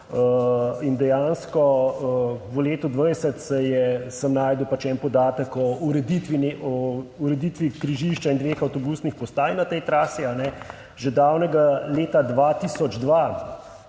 dejansko sem v letu 2020 našel en podatek o ureditvi križišča in dveh avtobusnih postaj na tej trasi. Že davnega leta 2002